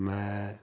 ਮੈਂ